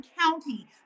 County